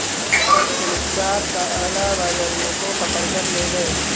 कल पुलिस चार कालाबाजारियों को पकड़ कर ले गए